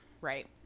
Right